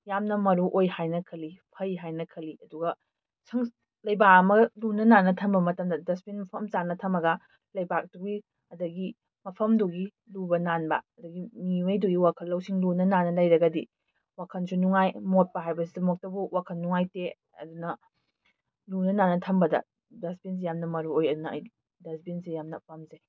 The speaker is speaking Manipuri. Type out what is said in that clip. ꯌꯥꯝꯅ ꯃꯔꯨ ꯑꯣꯏ ꯍꯥꯏꯅ ꯈꯜꯂꯤ ꯐꯩ ꯍꯥꯏꯅ ꯈꯜꯂꯤ ꯑꯗꯨꯒ ꯂꯩꯕꯥꯛ ꯑꯃ ꯂꯨ ꯅꯥꯟꯅ ꯊꯝꯕ ꯃꯇꯝꯗ ꯗꯁꯕꯤꯟ ꯃꯐꯝ ꯆꯥꯅ ꯊꯝꯃꯒ ꯂꯩꯕꯥꯛ ꯑꯗꯨꯒꯤ ꯑꯗꯒꯤ ꯃꯐꯝꯗꯨꯒꯤ ꯂꯨꯕ ꯅꯥꯟꯕ ꯑꯗꯒꯤ ꯃꯤꯉꯩꯗꯨꯒꯤ ꯋꯥꯈꯜ ꯂꯧꯁꯤꯡ ꯂꯨꯅ ꯅꯥꯟꯅ ꯂꯩꯔꯒꯗꯤ ꯋꯥꯈꯜꯁꯨ ꯅꯨꯡꯉꯥꯏ ꯃꯣꯠꯄ ꯍꯥꯏꯕꯁꯤꯃꯛꯇꯕꯨ ꯋꯥꯈꯜ ꯅꯨꯡꯉꯥꯏꯇꯦ ꯑꯗꯨꯅ ꯂꯨꯅ ꯅꯥꯟꯅ ꯊꯝꯕꯗ ꯗꯁꯕꯤꯟꯁꯦ ꯌꯥꯝꯅ ꯃꯔꯨ ꯑꯣꯏ ꯑꯗꯨꯅ ꯑꯩꯗꯤ ꯗꯁꯕꯤꯟꯁꯦ ꯌꯥꯝꯅ ꯄꯥꯝꯖꯩ